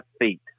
feet